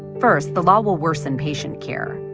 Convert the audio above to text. first, the law will worsen patient care.